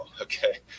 okay